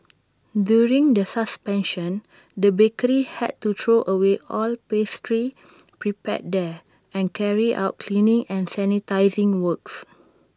during the suspension the bakery had to throw away all pastries prepared there and carry out cleaning and sanitising works